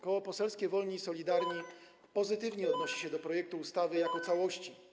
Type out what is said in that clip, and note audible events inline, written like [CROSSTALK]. Koło Poselskie Wolni i Solidarni [NOISE] pozytywnie odnosi się do projektu ustawy jako całości.